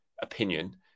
opinion